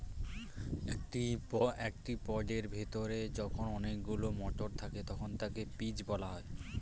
একটি পডের ভেতরে যখন অনেকগুলো মটর থাকে তখন তাকে পিজ বলা হয়